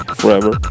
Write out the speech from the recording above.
forever